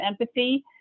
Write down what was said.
empathy